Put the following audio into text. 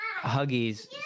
huggies